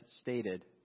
stated